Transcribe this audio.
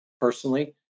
personally